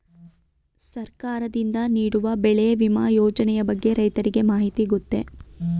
ಸರ್ಕಾರದಿಂದ ನೀಡುವ ಬೆಳೆ ವಿಮಾ ಯೋಜನೆಯ ಬಗ್ಗೆ ರೈತರಿಗೆ ಮಾಹಿತಿ ಗೊತ್ತೇ?